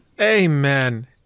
Amen